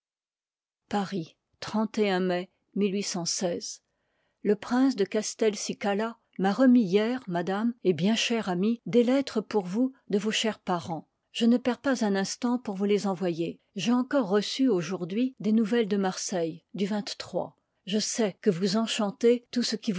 paris mai le prince de castelcicala m'a remis hier madame et bien chère amie des lettres pour vous de vos chers parens je ne perds pas un instant pour vous les envoyer j'ai encore reçu aujourd'hui part des nouvelles de marseille du je liv l sais que vous enchantez tout ce qui